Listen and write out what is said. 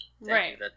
Right